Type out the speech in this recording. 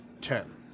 Ten